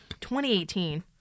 2018